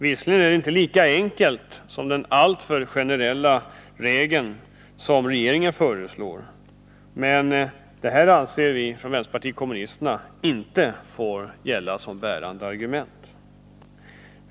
Visserligen är vårt förslag inte lika enkelt som den alltför generella regel som regeringen föreslår, men det anser vi från vänsterpartiet kommunisterna inte får gälla som bärande argument.